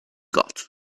got